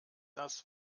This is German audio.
das